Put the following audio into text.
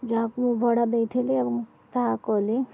ଯାହାକୁ ମୁଁ ଭଡ଼ା ଦେଇଥିଲି ଏବଂ ତାହା କଲି